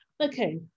Okay